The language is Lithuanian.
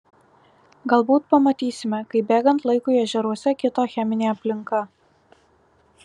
galbūt pamatysime kaip bėgant laikui ežeruose kito cheminė aplinka